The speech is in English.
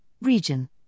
region